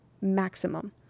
maximum